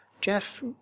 Jeff